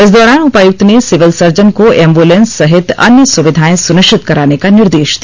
इस दौरान उपायुक्त ने सिविल सर्जन को एंबलेंस सहित अन्य सुविधाएं सुनिश्चित कराने का निर्देश दिया